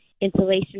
insulation